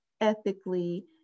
ethically